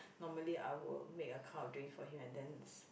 normally I will make a cup of drink for him and then